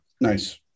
nice